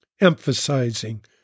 emphasizing